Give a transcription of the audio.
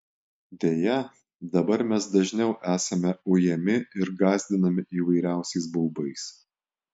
deja dabar mes dažniau esame ujami ir gąsdinami įvairiausiais baubais